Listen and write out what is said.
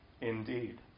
indeed